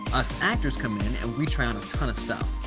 us actors come in, and we try on a ton of stuff.